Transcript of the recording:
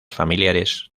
familiares